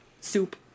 Soup